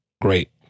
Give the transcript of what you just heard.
Great